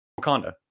wakanda